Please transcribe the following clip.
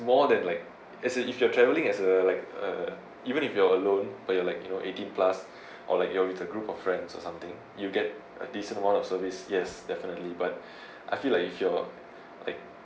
more than like as in you are travelling as a like a even if you are alone but you're like you know eighteen plus or like you are with a group of friends or something you'll get a decent amount of service yes definitely but I feel like if you're like